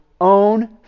own